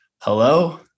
Hello